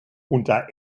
unter